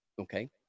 Okay